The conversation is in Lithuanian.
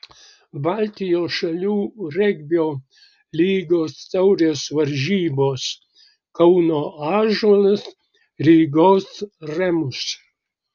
baltijos šalių regbio lygos taurės varžybos kauno ąžuolas rygos remus